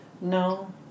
No